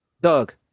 Doug